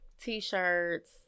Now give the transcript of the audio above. t-shirts